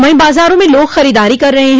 वहीं बाजारों में लोग खरीददारी कर रहे हैं